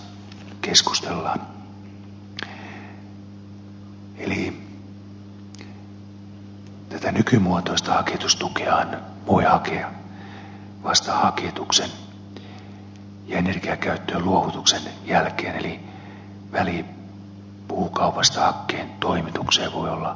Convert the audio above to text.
eli tätä nykymuotoista haketustukeahan voi hakea vasta haketuksen ja energiakäyttöön luovutuksen jälkeen eli väli puukaupasta hakkeen toimitukseen voi olla hyvinkin pitkä